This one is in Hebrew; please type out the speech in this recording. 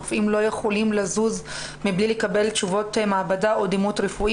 הרופאים לא יכולים לזוז מבלי לקבל תשובות מעבדה או דימות רפואי.